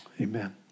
Amen